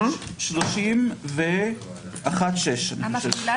31(6). לצערי,